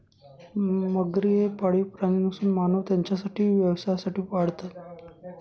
मगरी हे पाळीव प्राणी नसून मानव त्यांना व्यवसायासाठी पाळतात